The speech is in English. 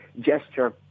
gesture